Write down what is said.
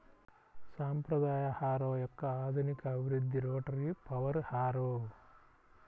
సాంప్రదాయ హారో యొక్క ఆధునిక అభివృద్ధి రోటరీ పవర్ హారో